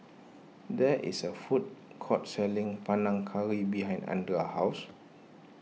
there is a food court selling Panang Curry behind andra's house